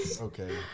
Okay